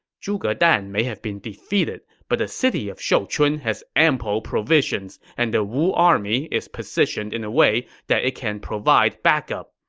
zhuge dan may have been defeated, but the city of shouchun has ample provisions, and the wu army is positioned in a way that it can provide backup.